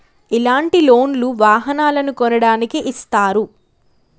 ఇలాంటి లోన్ లు వాహనాలను కొనడానికి ఇస్తారు